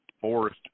forest